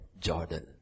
Jordan